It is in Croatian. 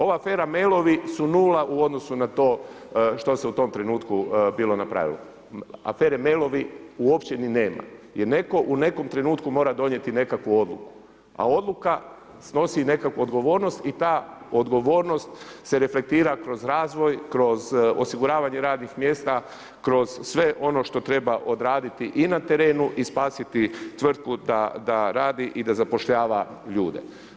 Ova afera Mailovi su 0 u odnosu na to što se u tom trenutku bilo na pravilo, afere Mailovi uopće ni nema, jer netko u nekom trenutku mora donijeti nekakvu odluku, a odluka snosi i nekakvu odgovornost i ta odgovornost se reflektira kroz razvoj, kroz osiguravanje radnih mjesta, kroz sve ono što treba odraditi i na terenu i spasiti tvrtku da radi i da zapošljava ljude.